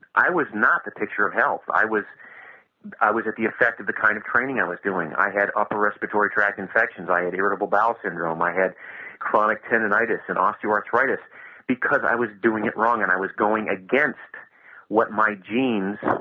i was not the picture of health, i was i was at the effect of the kind of training i was doing. i had upper respiratory tract infections, i had irritable bowel syndrome, i had chronic tendonitis and osteoarthritis because i was doing it wrong and i was going against what my genes,